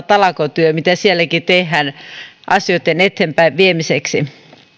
talkootyötä mitä siellä tehdään asioitten eteenpäinviemiseksi